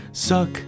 Suck